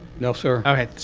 no, sir. ok,